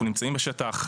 אנחנו נמצאים בשטח,